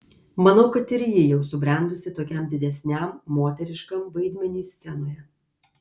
manau kad ir ji jau subrendusi tokiam didesniam moteriškam vaidmeniui scenoje